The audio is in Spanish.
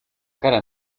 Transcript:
cara